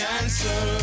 answer